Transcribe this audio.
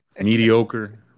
Mediocre